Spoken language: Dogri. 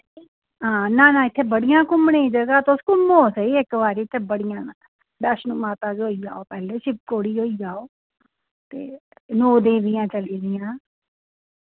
हां ना ना इत्थै बड़ियां घुम्मने गी जगह्ं तुस घुम्मो सेही इक बारी इत्थै बड़ियां न वैश्णो माता दे होई आओ पैह्लें शिव खोड़ी होई आओ ते नौ देवियां चली दियां